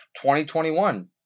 2021